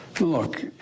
look